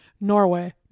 Norway